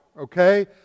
okay